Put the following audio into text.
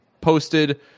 posted